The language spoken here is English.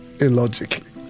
illogically